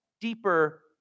deeper